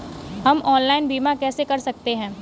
हम ऑनलाइन बीमा कैसे कर सकते हैं?